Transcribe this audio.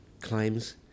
claims